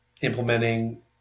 implementing